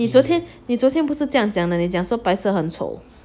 你昨天呢昨天不是这样讲的那你讲白色这样丑